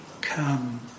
come